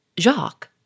Jacques